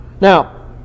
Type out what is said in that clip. Now